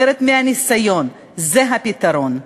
מסביר להם מה זה צה"ל למדינת ישראל,